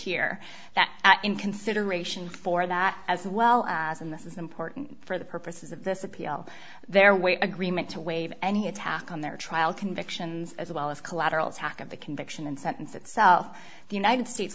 here that in consideration for that as well as and this is important for the purposes of this appeal their weight agreement to waive any attack on their trial convictions as well as collateral attack of the conviction and sentence itself the united states